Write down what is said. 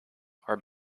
are